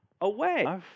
away